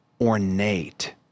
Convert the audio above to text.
ornate